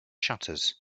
shutters